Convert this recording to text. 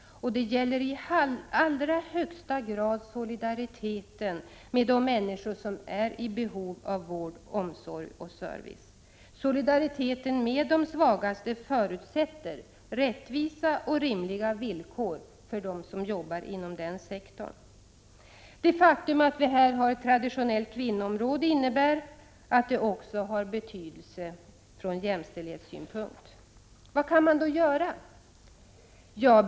Det gäller i allra högsta grad solidariteten med de människor som är i behov av vård, omsorg och service. Solidariteten med de svagaste förutsätter rättvisa och rimliga villkor för dem som jobbar inom denna sektor. Det faktum att vi här har ett traditionellt kvinnoområde innebär att det också krävs åtgärder från jämställdhetssynpunkt.